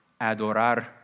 adorar